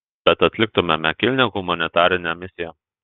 bet atliktumėme kilnią humanitarinę misiją